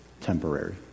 temporary